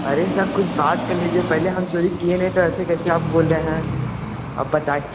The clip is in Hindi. अरे सर कुछ बात कर लीजिए पहले हम चोरी किए नहीं तो ऐसे कैसे आप बोल रहे हैं अब बताइ